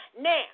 Now